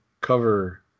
cover